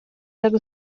jak